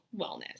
wellness